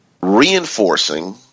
reinforcing